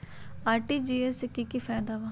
RTGS से की की फायदा बा?